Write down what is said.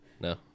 no